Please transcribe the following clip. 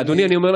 אני מאמין